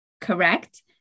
correct